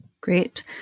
Great